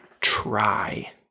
try